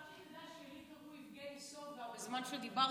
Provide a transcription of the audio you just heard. רק שתדע שלי קראו יבגני סובה בזמן שדיברתי,